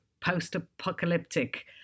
post-apocalyptic